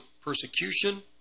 persecution